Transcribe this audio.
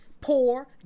poor